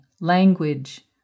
language